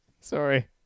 Sorry